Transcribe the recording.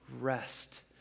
rest